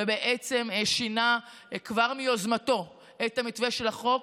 ובעצם שינה כבר מיוזמתו את המתווה של החוק,